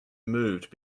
moved